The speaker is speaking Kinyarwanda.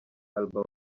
alba